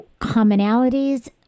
commonalities